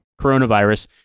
coronavirus